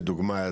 לדוגמא,